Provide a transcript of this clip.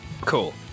cool